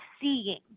seeing